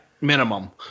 Minimum